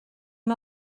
dim